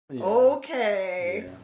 okay